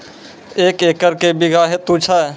एक एकरऽ मे के बीघा हेतु छै?